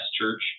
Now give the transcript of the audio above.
church